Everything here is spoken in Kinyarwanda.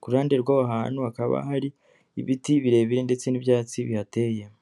ku ruhande rw'aho hantu hakaba hari ibiti birebire, ndetse n'ibyatsi bihateye.